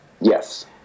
Yes